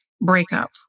breakup